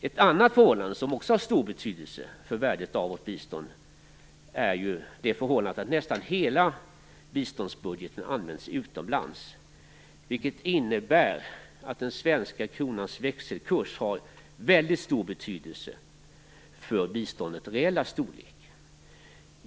Ett annat förhållande som också har stor betydelse för värdet av vårt bistånd är att nästan hela biståndsbudgeten används utomlands, vilket innebär att den svenska kronans växelkurs är av väldigt stor betydelse för biståndets reella storlek.